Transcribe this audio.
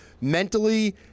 mentally